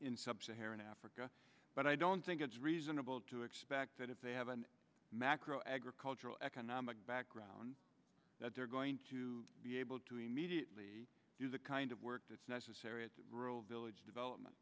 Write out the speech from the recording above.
saharan africa but i don't think it's reasonable to expect that if they have an macro agricultural economic background that they're going to be able to immediately do the kind of work that's necessary a rural village development